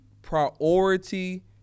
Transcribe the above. priority